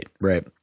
Right